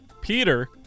Peter